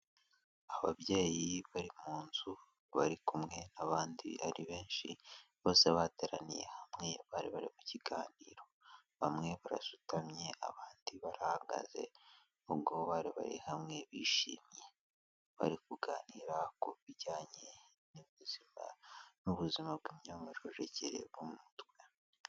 Ababyeyi bari mu nzu, bari kumwe n'abandi ari benshi bose bateraniye hamwe bari bari mu kiganiro, bamwe barasutamye, abandi barahagaze, ubwo bari bari hamwe bishimye bari kuganira ku bijyanye n'iby'ubuzima, n'ubuzima bw'imyororokere bwo mu mutwe.